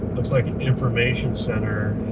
looks like an information center.